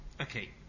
okay